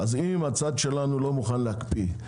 אם הצד שלנו לא מוכן להקפיא,